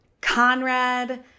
Conrad